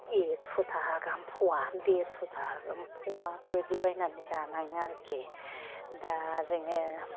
एक्स' थाखा गाहाम फवा देरस' थाखा गाहाम फवा बेबायदि बायनानै जानाङा आरिखि दा जोङो